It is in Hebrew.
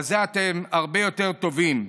בזה אתם הרבה יותר טובים,